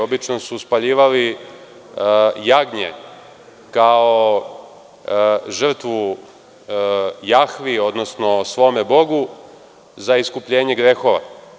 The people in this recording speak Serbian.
Obično su spaljivali jagnje kao žrtvu Jahvi, odnosno svome bogu za iskupljenje grehova.